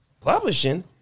Publishing